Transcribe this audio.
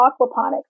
aquaponics